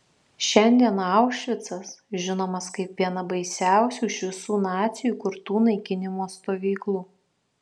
šiandien aušvicas žinomas kaip viena baisiausių iš visų nacių įkurtų naikinimo stovyklų